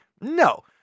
No